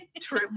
true